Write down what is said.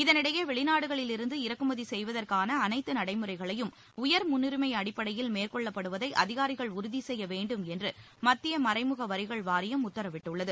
இதனிடையே வெளிநாடுகளில் இருந்து இறக்குமதி செய்வதற்காள அளைத்து நடைமுறைகளையும் உயர்முன்னுரிமை அடிப்படையில் மேற்கொள்ளப்படுவதை அதிகாரிகள் உறுதி செய்ய வேண்டும் என்று மத்திய மறைமுக வரிகள் வாரியம் உத்தரவிட்டுள்ளது